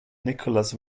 nicholas